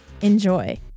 Enjoy